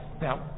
Now